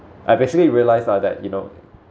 I have actually realized lah that you know